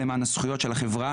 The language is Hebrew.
התמונה הזאת של אישה צעירה,